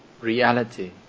reality